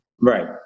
right